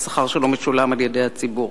והשכר שלו משולם על-ידי הציבור.